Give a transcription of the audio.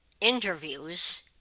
interviews